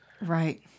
Right